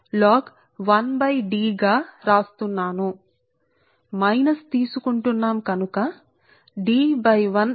4605 log నేను D కి బదులుగా 1 ద్వారా వ్రాస్తున్నాను అది మైనస్ ఇక్కడ తీసుకోబడింది కాబట్టి D పై 1 ఇది వాస్తవానికి మీ సమీకరణం 33